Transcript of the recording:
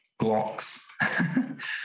Glocks